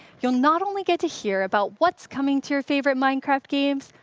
you'll not only get to hear about what's coming to your favorite minecraft games,